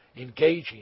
engaging